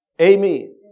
Amen